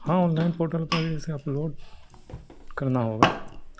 ہاں online portal پر ہی اسے اپلوڈ کرنا ہوگا